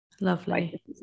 Lovely